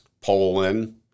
Poland